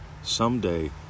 Someday